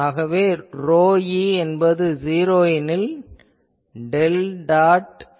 ஆகவே ρe என்பது '0' எனில் டெல் டாட் D என்பதும் '0' ஆகிறது